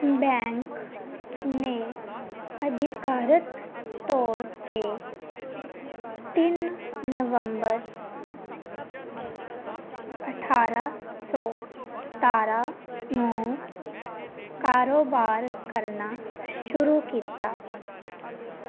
bank ਨੇ ਅਧਿਕਾਰਤ ਤੌਰ 'ਤੇ ਤਿੰਨ ਨਵੰਬਰ ਅਠਾਰ੍ਹਾਂ ਸੌ ਸਤਾਰ੍ਹਾਂ ਨੂੰ ਕਾਰੋਬਾਰ ਕਰਨਾ ਸ਼ੁਰੂ ਕੀਤਾ